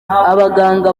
abaganga